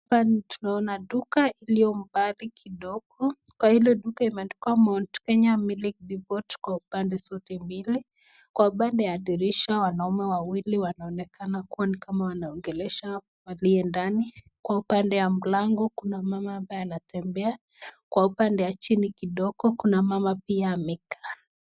Hapa tunaona duka iliyo mbali kidogo. Kwa hilo duka imeandikwa Mount Kenya MIlk Depot kwa pande zote mbili. Kwa upande ya dirisha wanaume wawili wanaonekana kuwa ni kama wanaongelesha walio ndani, kwa upande ya mlango kuna mama ambaye anatembea kwa upande ya chini kidogo kuna mama pia amekaa.